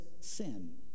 sin